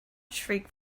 shriek